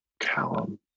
Callum